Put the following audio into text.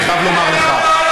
אני חייב לומר לך.